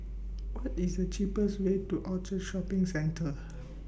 What IS The cheapest Way to Orchard Shopping Centre